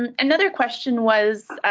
um another question was,